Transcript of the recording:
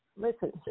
Listen